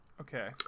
okay